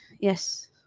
Yes